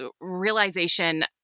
realization